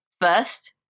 first